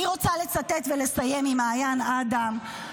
אני רוצה לסיים ולצטט את מעיין אדם,